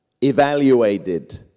Evaluated